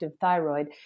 thyroid